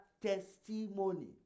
testimony